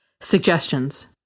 suggestions